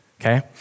okay